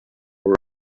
more